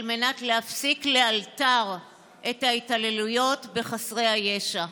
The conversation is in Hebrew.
מנת להפסיק לאלתר את ההתעללויות בחסרי הישע?